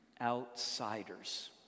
outsiders